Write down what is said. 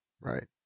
Right